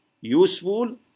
useful